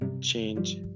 change